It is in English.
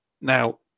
Now